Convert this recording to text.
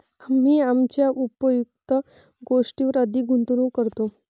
आम्ही आमच्या उपयुक्त गोष्टींवर अधिक गुंतवणूक करतो